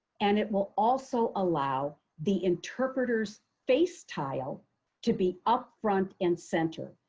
and it will also allow the interpreter's face tile to be up front and center.